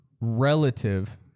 relative